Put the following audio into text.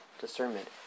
discernment